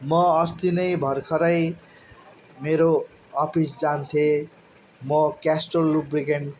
म अस्ति नै भर्खरै मेरो अफिस जान्थेँ म केस्ट्रोल लुब्रिकेन्ट